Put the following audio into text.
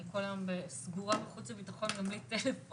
אני כל היום סגורה בחוץ וביטחון וגם בלי טלפון.